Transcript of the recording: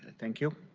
thank you.